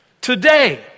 today